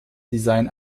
design